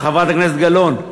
חברת הכנסת גלאון,